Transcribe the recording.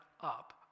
up